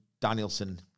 Danielson